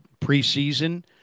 preseason